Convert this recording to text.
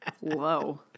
Whoa